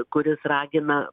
kuris ragina